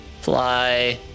fly